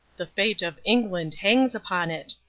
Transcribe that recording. the fate of england hangs upon it,